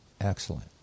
Excellent